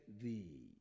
thee